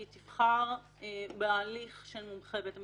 היא תבחר בהליך של מומחה בית משפט.